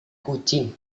kucing